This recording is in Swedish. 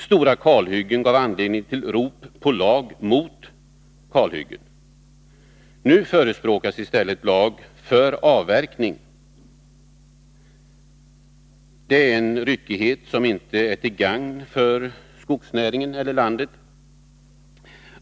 Stora kalhyggen gav anledning till rop på lag mot kalhyggen. Nu förespråkas i stället en lag för avverkning. Det är en ryckighet som inte är till gagn för skogsnäringen eller landet.